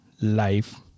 life